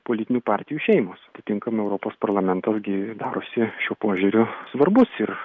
politinių partijų šeimos atitinkamai europos parlamento gi darosi šiuo požiūriu svarbus ir